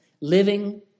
living